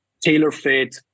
tailor-fit